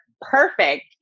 perfect